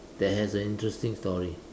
that has an interesting story